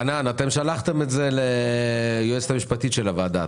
חנן, שלחתם את זה ליועצת המשפטית של הוועדה.